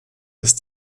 ist